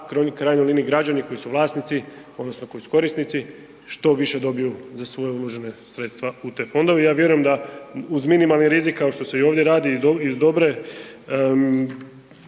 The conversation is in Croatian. krajnjoj liniji građani koji su vlasnici odnosno koji su korisnici što više dobiju za svoja uložena sredstva u te fondove. Ja vjerujem da uz minimalni rizik kao što se i ovdje radi dobra